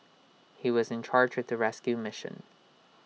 he was in charge of the rescue mission